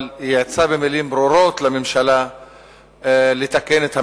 אבל יעצה במלים ברורות לממשלה לתקן את המעוות,